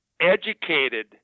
educated